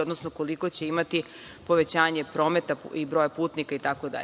odnosno koliko će imati povećanje prometa i broja putnika itd.